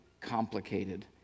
complicated